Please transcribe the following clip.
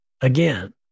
again